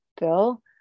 bill